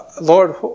Lord